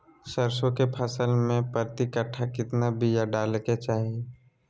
सरसों के फसल में प्रति कट्ठा कितना बिया डाले के चाही?